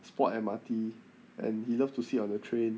spot M_R_T and he love to sit on the train